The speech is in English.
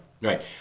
right